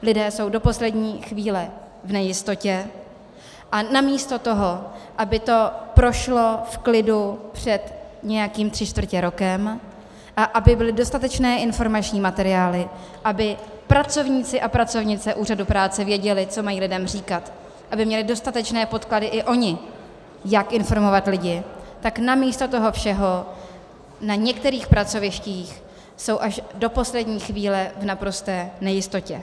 Lidé jsou do poslední chvíle v nejistotě a namísto toho, aby to prošlo v klidu před nějakým tři čtvrtě rokem a aby byly dostatečné informační materiály, aby pracovníci a pracovnice úřadu práce věděli, co mají lidem říkat, aby měli dostatečné podklady i oni, jak informovat lidi, tak namísto toho všeho na některých pracovištích jsou až do poslední chvíle v naprosté nejistotě.